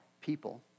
people